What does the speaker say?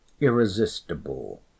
irresistible